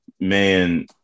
man